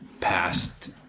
past